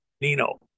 Nino